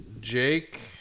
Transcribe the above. Jake